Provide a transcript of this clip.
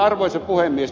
arvoisa puhemies